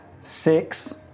Six